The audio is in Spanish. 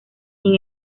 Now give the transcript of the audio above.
sin